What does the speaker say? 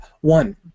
One